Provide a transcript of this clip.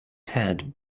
head